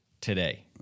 today